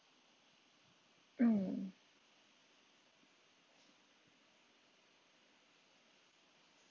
mm